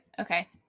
okay